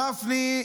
גפני,